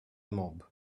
mob